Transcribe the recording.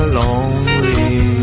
lonely